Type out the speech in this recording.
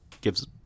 gives